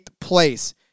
place